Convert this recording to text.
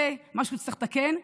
זה משהו שצריך לתקן.